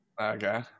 Okay